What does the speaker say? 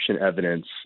evidence